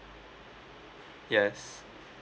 yes